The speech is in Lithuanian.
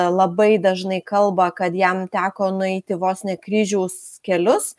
labai dažnai kalba kad jam teko nueiti vos ne kryžiaus kelius